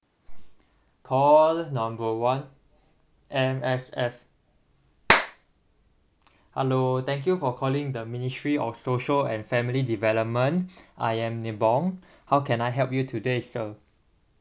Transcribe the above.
call number one M_S_F hello thank you for calling the ministry of social and family development I am nibong how can I help you today sir